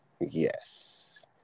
Yes